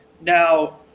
Now